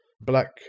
black